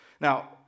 Now